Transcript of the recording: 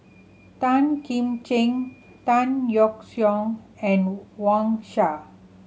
Tan Kim Ching Tan Yeok Seong and Wang Sha